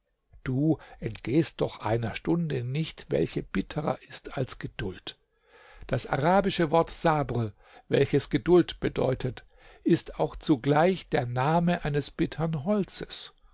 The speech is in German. du entgehst doch einer stunde nicht welche bitterer ist als geduld das arabische wort sabr welches geduld bedeutet ist auch zugleich der name eines bittern holzes